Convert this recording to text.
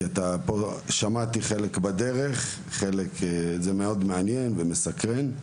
כי שמעתי חלק בנושא הזה בדרך וזה מאוד מעניין ומסקרן,